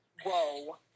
Whoa